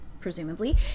presumably